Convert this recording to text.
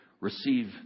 receive